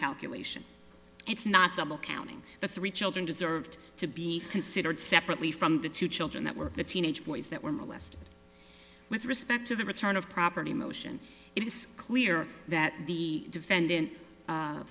calculation it's not double counting the three children deserved to be considered separately from the two children that were the teenage boys that were molested with respect to the return of property motion it is clear that the defendant